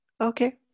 Okay